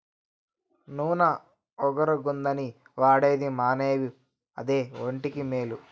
నూన ఒగరుగుందని వాడేది మానేవు అదే ఒంటికి మేలు